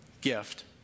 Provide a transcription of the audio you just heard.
gift